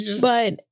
but-